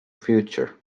future